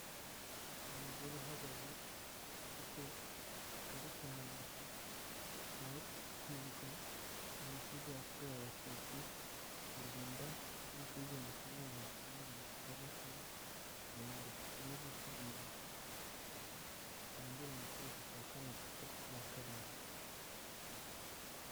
Umugore uhagaze afite ikarita mu ntoki yo kwibuka Jenoside yakorewe Abatutsi mu Rwanda, mu mwaka w'igihumbi kimwe magana cyenda mirongo icyenda na kane kugira ngo dukomeze tubibuka, bitangire mu kwezi kwa kane ku itariki ya karindwi.